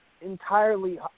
entirely